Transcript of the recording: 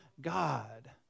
God